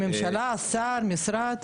ממשלה, שר, משרד?